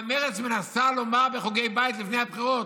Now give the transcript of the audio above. מרצ מנסה לומר בחוגי בית לפני הבחירות,